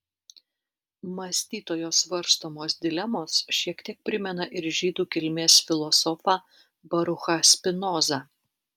mąstytojo svarstomos dilemos šiek tiek primena ir žydų kilmės filosofą baruchą spinozą